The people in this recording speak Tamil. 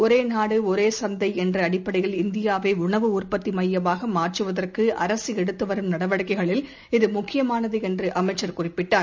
ஒரேநாடுஒரேசந்தைஎன்றஅடிப்படையில் இந்தியாவைஉணவு உற்பத்திமையமாகமாற்றுவதற்குஅரசுஎடுத்துவரும் நடவடிக்கைகளில் இது முக்கியமானதாகும் என்றுஅமைச்சர் தெரிவித்தார்